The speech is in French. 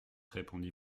répondit